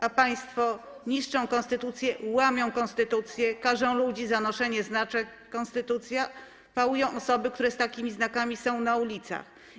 A państwo niszczą konstytucję, łamią konstytucję, karzą ludzi za noszenie znaczków z napisem: konstytucja, pałują osoby, które z takimi znakami są na ulicach.